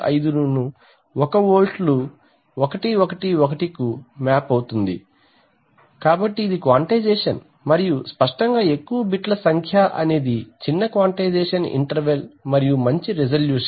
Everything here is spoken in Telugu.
875 ను ఒక వోల్ట్లు 111కు మ్యాప్ అవుతుంది కాబట్టి ఇది క్వాంటిజేషన్ మరియు స్పష్టంగా ఎక్కువ బిట్ల సంఖ్య అనేది చిన్న క్వాంటైజేషన్ ఇంటర్వల్ మరియు మంచి రెజోల్యూషన్